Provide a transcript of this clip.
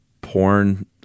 porn